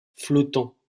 flottant